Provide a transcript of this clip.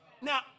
Now